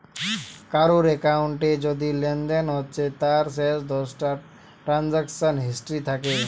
কারুর একাউন্টে যদি লেনদেন হচ্ছে তার শেষ দশটা ট্রানসাকশান হিস্ট্রি থাকে